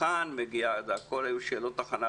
כאן מגיעה השאלה,